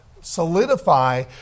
solidify